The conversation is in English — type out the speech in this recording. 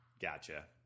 Gotcha